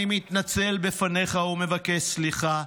אני מתנצל בפניך ומבקש סליחה.